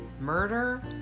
murder